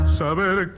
saber